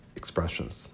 expressions